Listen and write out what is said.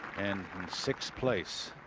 and in six place.